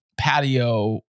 patio